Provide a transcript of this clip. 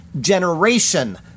generation